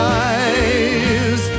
eyes